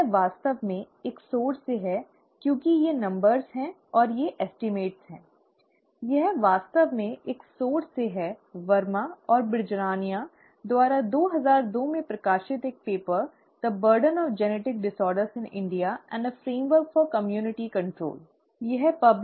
यह वास्तव में एक स्रोत से है क्योंकि ये संख्याएं हैं और ये अनुमान हैं यह वास्तव में एक स्रोत से है वर्मा और बिजारणिया द्वारा दो हजार दो में प्रकाशित एक paper the burden of genetic disorder in India and a framework for community control "The Burden of Genetic Disorders in India and a Framework for Community Control'